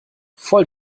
voll